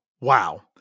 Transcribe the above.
Wow